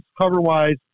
cover-wise